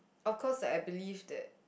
of course like I believe that